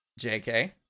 JK